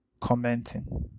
commenting